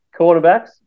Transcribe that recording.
Quarterbacks